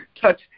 Touch